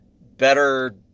better